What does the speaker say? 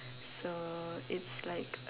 so it's like